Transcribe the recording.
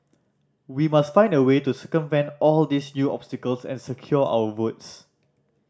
we must find a way to circumvent all these new obstacles and secure our votes